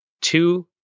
two